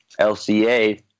lca